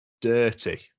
dirty